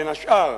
בין השאר,